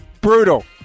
brutal